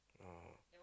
uh